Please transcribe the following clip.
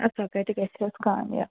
اَدٕ سۄ کَتہِ گَژھِ ہَس کامیاب